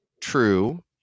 true